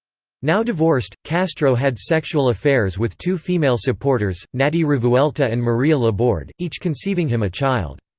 now divorced, castro had sexual affairs with two female supporters, naty revuelta and maria laborde, each conceiving him a child.